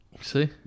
See